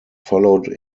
followed